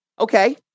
Okay